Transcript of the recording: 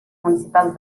municipals